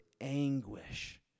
anguish